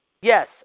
Yes